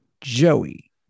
Joey